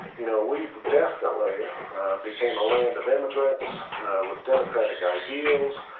you know we definitely became a land of immigrants with democratic ideals,